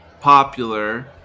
popular